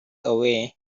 away